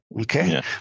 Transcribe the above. Okay